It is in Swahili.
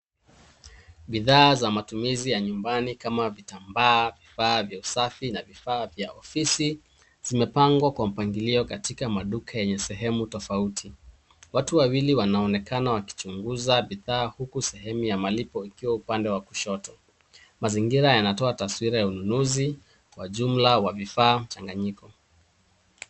Bidhaa za matumizi ya nyumbani kama vile vitambaa, vifaa vya usafi na vifaa vya ofisi zimepangwa kwa mpangilio katika maduka enye sehemu tafauti. Watu wawili wanaonekana wakichunguza bidhaa huku sehemu ya malipo ikiwa upande wa kushoto. Mazingira yanatoa taswira ya ununuzi kwa jumla wa vifaa vichanganyiko.